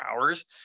hours